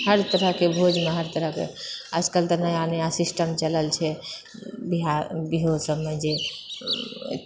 हरतरहकेँ भोजमे हरतरहकेँ आजकल तऽ नया नया सिस्टम चलल छै बिहार इएहो सबमे जे